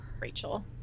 Rachel